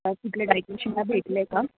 का कुठल्या डायटिशीयनला भेटले आहे का